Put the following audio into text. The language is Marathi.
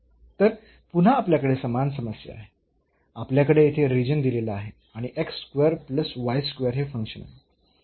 तर पुन्हा आपल्याकडे समान समस्या आहे आपल्याकडे येथे रिजन दिलेला आहे आणि x square plus y square हे फंक्शन आहे